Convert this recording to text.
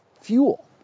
fuel